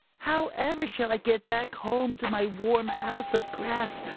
however shall i get back home to my warm house of grass,